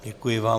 Děkuji vám.